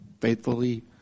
faithfully